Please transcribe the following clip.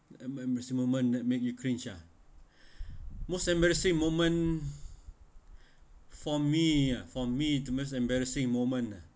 um most embarrassing moment that make you cringe ah most embarrassing moment for me ah for me the most embarrassing moment ah